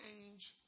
change